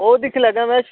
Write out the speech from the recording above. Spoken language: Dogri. ओह् दिक्खी लैगा में